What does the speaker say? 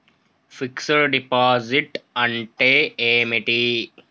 Fix డ్ deposit అంటే ఏమిటి?